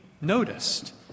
noticed